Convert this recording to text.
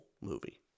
movie